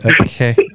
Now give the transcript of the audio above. Okay